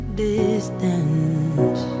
distance